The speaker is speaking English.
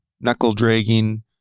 knuckle-dragging